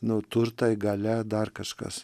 nuo turtai galia dar kažkas